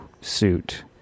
suit